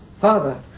Father